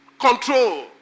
control